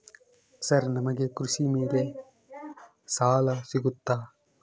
Sir ನಮಗೆ ಕೃಷಿ ಮೇಲೆ ಸಾಲ ಸಿಗುತ್ತಾ?